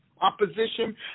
opposition